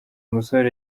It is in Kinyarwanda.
musore